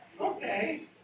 Okay